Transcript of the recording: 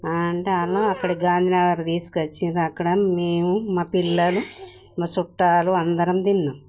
అంటే వాళ్ళు అక్కడ గాంధీనగర్ తీసుకొచ్చారు అక్కడ మేము మా పిల్లలు మా చుట్టాలు అందరం తిన్నాము